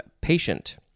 patient